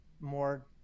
more